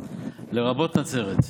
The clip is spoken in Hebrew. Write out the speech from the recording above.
לרבות נצרת.